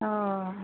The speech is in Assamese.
অঁ